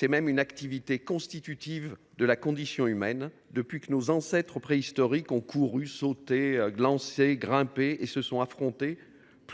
contraire, d’une activité constitutive de la condition humaine, depuis que nos ancêtres préhistoriques ont couru, sauté, lancé, grimpé et se sont affrontés